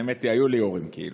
האמת היא שהיו לי הורים כאלה.